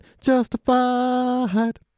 justified